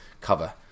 cover